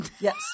Yes